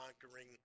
conquering